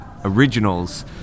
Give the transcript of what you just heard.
originals